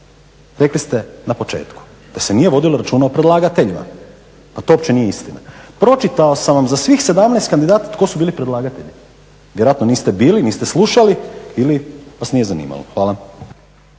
rekli ste na početku da se nije vodilo računa o predlagateljima. Pa to uopće nije istina. Pročitao sam vam za svih 17 kandidata tko su bili predlagatelji. Vjerojatno niste bili, niste slušali ili vas nije zanimalo. Hvala.